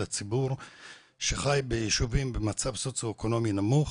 לציבור שחי בישובים במצב סוציואקונומי נמוך